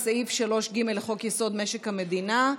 סעיד אלחרומי, ג'אבר עסאקלה,